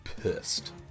pissed